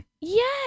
Yes